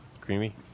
Creamy